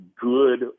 good